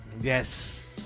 Yes